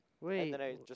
Wait